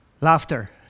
Laughter